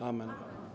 Amen.